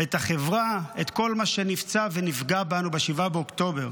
את החברה, את כל מה שנפצע ונפגע בנו ב-7 באוקטובר.